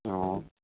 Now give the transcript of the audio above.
ہاں